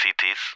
cities